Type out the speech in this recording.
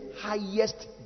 highest